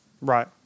Right